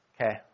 Okay